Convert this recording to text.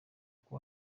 uko